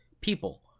people